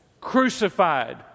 Crucified